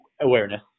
awareness